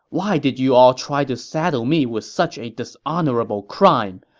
why did you all try to saddle me with such a dishonorable crime!